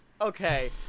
okay